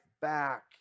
back